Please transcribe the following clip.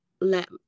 let